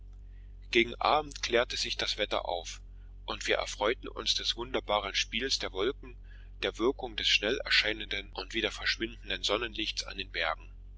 gegen abend klärte sich das wetter auf wir erfreuten uns des wunderbaren spiels der wolken der wirkung des schnell erscheinenden und wieder verschwindenden sonnenlichts an den bergen